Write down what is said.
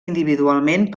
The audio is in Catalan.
individualment